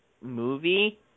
movie